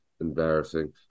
Embarrassing